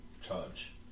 charge